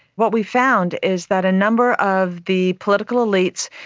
what we found is that a number of the political elites